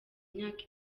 myaka